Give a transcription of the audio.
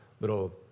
little